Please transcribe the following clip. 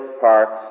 parks